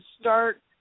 start